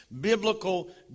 biblical